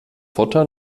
futter